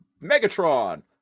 Megatron